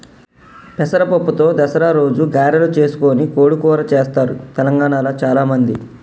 పెసర పప్పుతో దసరా రోజు గారెలు చేసుకొని కోడి కూర చెస్తారు తెలంగాణాల చాల మంది